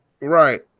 right